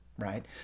right